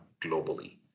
globally